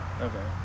Okay